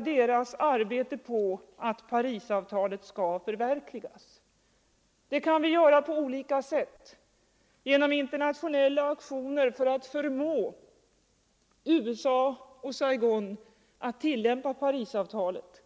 deras arbete på att Parisavtalet skall förverkligas. Det kan vi göra på olika sätt, genom internationella aktioner för att förmå USA och Saigon att tillämpa Parisavtalet.